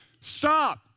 stop